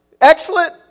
excellent